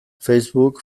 facebook